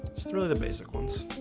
just throw the basic ones